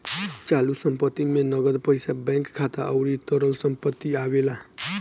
चालू संपत्ति में नगद पईसा बैंक खाता अउरी तरल संपत्ति आवेला